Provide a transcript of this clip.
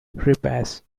repairs